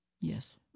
Yes